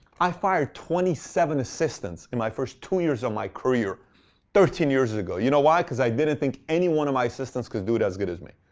i fired twenty seven assistants in my first two years of my career thirteen years ago. you know why? because i didn't think any one of my assistants could do it as good as me.